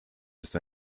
ist